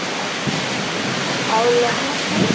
ଅ ହ ଆଉ ଲାକ୍ମି କ୍ରିମ୍